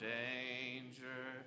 danger